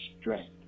strength